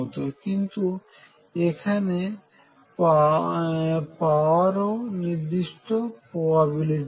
কিন্ত এখানে পাওয়ারও নির্দিষ্ট প্রবাবিলিটি আছে